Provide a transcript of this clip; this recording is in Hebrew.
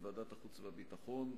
בוועדת החוץ והביטחון,